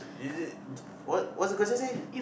is it what what's the question say